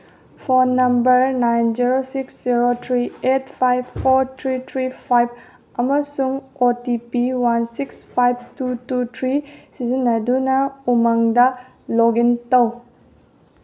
phone number nine zero six zero three eight five four three three five ꯑꯃꯁꯨꯡ OTP one six five two two three ꯁꯤꯖꯤꯟꯅꯗꯨꯅ ꯎꯃꯪꯗ ꯂꯣꯛ ꯏꯟ ꯇꯧ